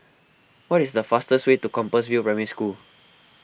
what is the fastest way to Compassvale Primary School